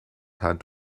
hand